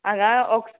हांगा ऑक्स